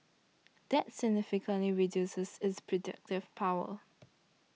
that significantly reduces its predictive power